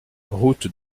route